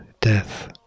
death